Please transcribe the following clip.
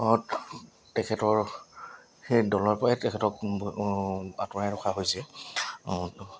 তেখেতৰ সেই দলৰপৰাই তেখেতক আঁতৰাই ৰখা হৈছে